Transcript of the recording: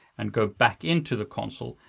and go back into the console,